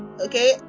okay